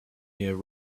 year